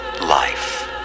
life